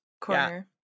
corner